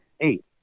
eight